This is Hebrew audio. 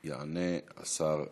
יענה השר ליצמן,